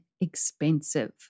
expensive